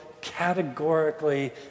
categorically